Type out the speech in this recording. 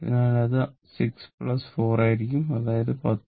അതിനാൽ ഇത് 6 4 ആയിരിക്കും അതായത് 10Ω